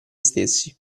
stessi